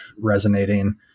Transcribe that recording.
resonating